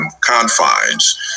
confines